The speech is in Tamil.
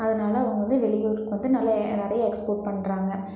அதனாலே அவங்க வந்து வெளியூருக்கு வந்து நல்லா நிறைய எக்ஸ்போர்ட் பண்ணுறாங்க